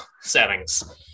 settings